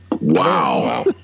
Wow